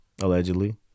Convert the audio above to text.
Allegedly